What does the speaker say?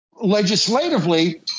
legislatively